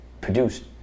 produced